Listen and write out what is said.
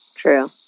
True